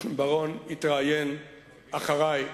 בר-און התראיין אחרי.